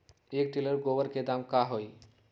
एक टेलर गोबर के दाम का होई?